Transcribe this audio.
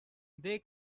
they